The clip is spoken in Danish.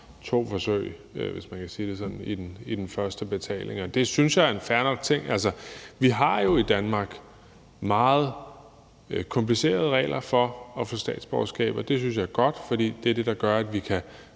to forsøg, hvis man kan sige det sådan, med den første betaling. Det synes jeg er fair nok. Altså, vi har jo i Danmark meget komplicerede regler for at få statsborgerskab, og det synes jeg er godt, fordi det er det, der gør, at vi kan